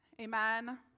Amen